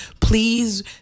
please